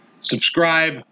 subscribe